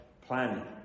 planning